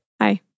Hi